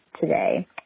today